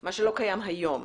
מה שלא קיים היום.